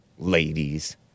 Ladies